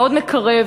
מאוד מקרב.